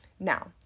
Now